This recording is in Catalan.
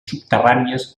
subterrànies